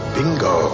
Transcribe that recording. Bingo